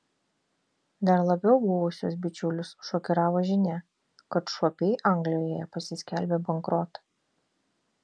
dar labiau buvusius bičiulius šokiravo žinia kad šuopiai anglijoje pasiskelbė bankrotą